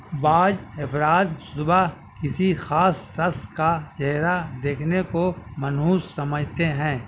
بعض افراد صبح کسی خاص شخص کا چہرہ دیکھنے کو منحوس سمجھتے ہیں